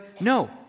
No